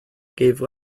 gave